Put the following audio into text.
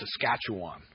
Saskatchewan